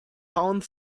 pound